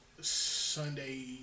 Sunday